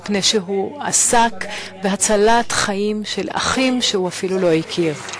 מפני שהוא עסק בהצלת חיים של אחים שהוא אפילו לא הכיר.